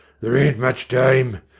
there ain't much time!